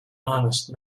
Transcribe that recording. honest